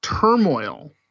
turmoil